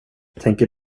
tänker